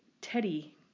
Teddy